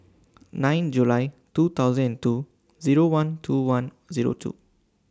nine July two thousand and two Zero one two one Zero two